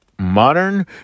Modern